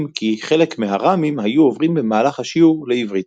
אם כי חלק מהר"מים היו עוברים במהלך השיעור לעברית.